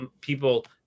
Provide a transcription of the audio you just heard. people